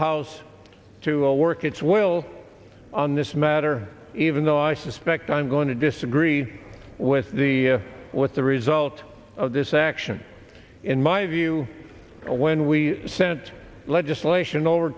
house to all work its will on this matter even though i suspect i'm going to disagree with the with the result of this action in my view when we sent legislation over